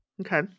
Okay